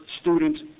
students